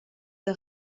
der